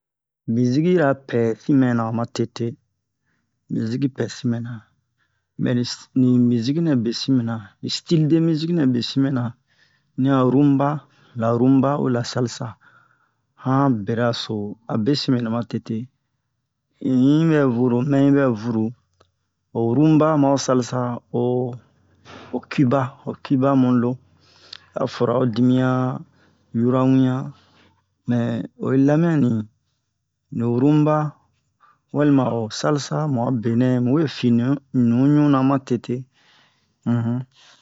miziki-ra pɛ sin mɛna matete miziki pɛ sin mɛna mɛ ni miziki nɛ besin mɛna ni style de miziki nɛ besin mɛna ni a rumba la-rumba u la-salsa han berara so a besin mɛ na matete in yi bɛ vuru mɛ yi ɓɛ vuru o rumba ma ho salsa ho kiba ho kiba mu lo a fora ho dimiyan yɔrɔ miyan mɛ oyi lamɛn'an ni o rumba walima ho salsa mu a benɛ mu we fi nu nu ɲu na matete um